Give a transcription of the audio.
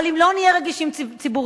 אבל אם לא נהיה רגישים ציבורית,